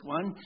One